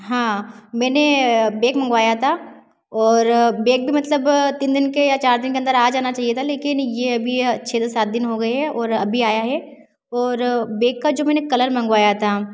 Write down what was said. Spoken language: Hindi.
हाँ मैंने बैग मंगवाया था और बैग भी मतलब तीन दिन के या चार दिन के अंदर आ जाना चाहिए था लेकिन ये अभी छ से सात दिन हो गए हैं और अभी आया है और बैग का जो मैंने कलर मंगवाया था